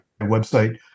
website